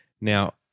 Now